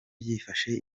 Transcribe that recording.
byifashe